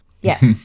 Yes